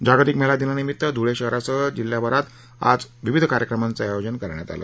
जागतिक महिला दिनानिमित्त धुळशिहरासह जिल्ह्याभरात आज विविध कार्यक्रम आयोजित करण्यात आले